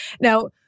Now